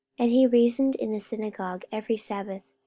and he reasoned in the synagogue every sabbath,